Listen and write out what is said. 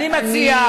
אני מציע,